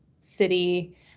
city